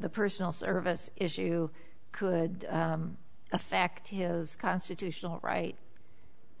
the personal service issue could affect his constitutional right to